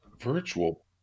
Virtual